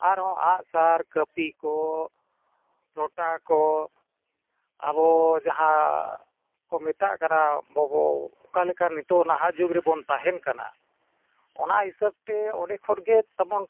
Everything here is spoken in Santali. ᱟᱨᱦᱚᱸ ᱟᱸᱜᱼᱥᱟᱨ ᱠᱟᱹᱯᱤ ᱠᱚ ᱞᱚᱴᱟ ᱠᱚ ᱟᱵᱚ ᱡᱟᱦᱟᱸ ᱠᱚ ᱢᱮᱛᱟᱜ ᱠᱟᱱᱟ ᱵᱚᱵᱚ ᱚᱠᱟᱞᱮᱠᱟ ᱱᱤᱛᱳᱜ ᱱᱟᱦᱟ ᱡᱩᱜᱽ ᱨᱮᱵᱚᱱ ᱛᱟᱦᱮᱱ ᱠᱟᱱᱟ ᱚᱱᱟ ᱦᱤᱸᱥᱟᱹᱵᱽ ᱛᱮ ᱚᱸᱰᱮ ᱠᱷᱚᱱᱜᱮ ᱛᱟᱵᱚᱱ